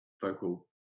vocal